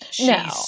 No